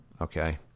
Okay